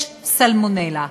יש סלמונלה.